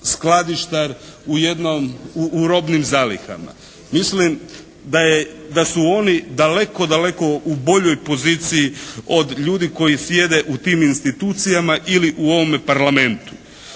u robnim zalihama. Mislim da su oni daleko u boljoj poziciji od ljudi koji sjede u tim institucijama ili u ovome parlamentu.